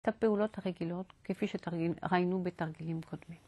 ‫את הפעולות הרגילות ‫כפי שראינו בתרגילים קודמים.